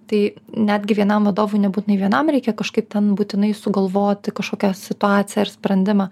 tai netgi vienam vadovui nebūtinai vienam reikia kažkaip ten būtinai sugalvoti kažkokią situaciją ar sprendimą